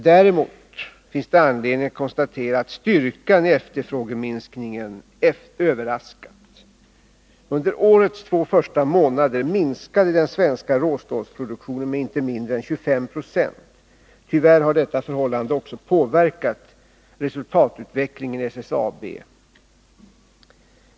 Däremot finns det anledning konstatera att styrkan i efterfrågeminskningen har överraskat. Under årets två första månader minskade den svenska råstålsproduktionen med inte mindre än 25 26. Tyvärr har detta förhållande också påverkat resultatutvecklingen i SSAB, Svenskt Stål AB.